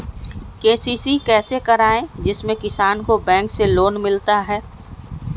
KCC कैसे कराये जिसमे किसान को बैंक से लोन मिलता है?